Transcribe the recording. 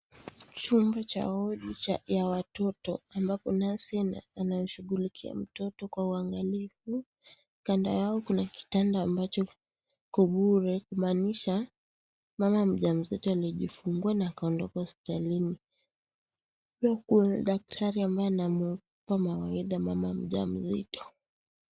Chumba cha wadi cha watoto ambapo nesi anashughulika mtoto kwa uangalifu kando yao kuna kitanda ambacho kikobure kumaanisha mama mja mzito alijifungua na akaondoka hospitalini huku daktari ambaye anampa mawaidha mama mja mzito.